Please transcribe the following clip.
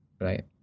right